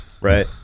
Right